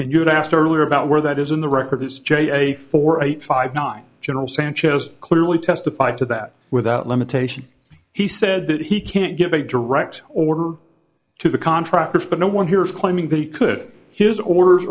and you had asked earlier about where that is in the record is j four eight five nine general sanchez clearly testified to that without limitation he said that he can't give a direct order to the contractors but no one here is claiming that he could his orders